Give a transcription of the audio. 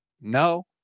No